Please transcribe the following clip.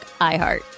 iHeart